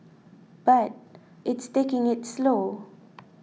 but it's taking it slow